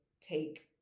take